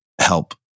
help